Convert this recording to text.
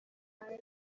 empire